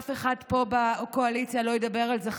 אף אחד פה בקואליציה לא ידבר על זה,